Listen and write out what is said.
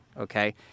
Okay